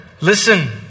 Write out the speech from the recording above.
listen